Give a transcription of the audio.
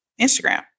Instagram